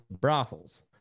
brothels